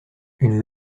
une